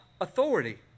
authority